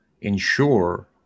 ensure